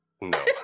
no